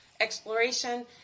exploration